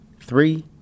Three